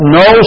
no